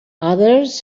others